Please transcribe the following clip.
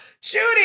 Judy